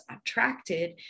attracted